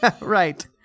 Right